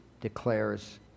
declares